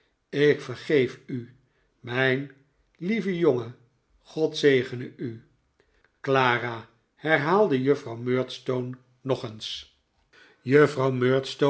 ik vergeef u mijn lieve jongen god zegene u clara herhaalde juffrouw murdstone nog eens